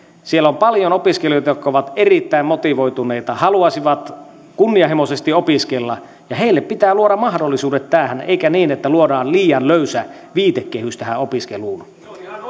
siellä on paljon opiskelijoita jotka ovat erittäin motivoituneita haluaisivat kunnianhimoisesti opiskella ja heille pitää luoda mahdollisuudet tähän eikä niin että luodaan liian löysä viitekehys tähän opiskeluun